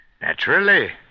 Naturally